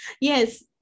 yes